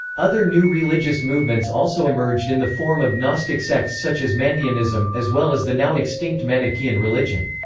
other new religious movements also emerged in the form of gnostic sects such as mandeanism, as well as the now extinct manichean religion.